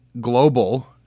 Global